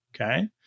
Okay